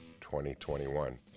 2021